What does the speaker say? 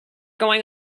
going